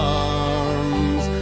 arms